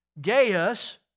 Gaius